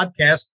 podcast